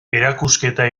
erakusketa